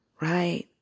Right